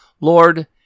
Lord